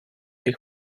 jich